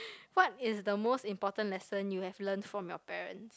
what is the most important lesson you have learnt from your parents